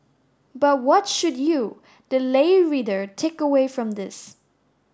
but what should you the lay reader take away from this